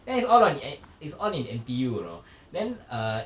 then it's all on the N it's all in N_T_U you know then err